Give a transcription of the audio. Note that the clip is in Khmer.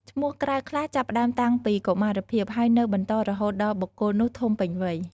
ឈ្មោះក្រៅខ្លះចាប់ផ្តើមតាំងពីកុមារភាព ហើយនៅបន្តរហូតដល់បុគ្គលនោះធំពេញវ័យ។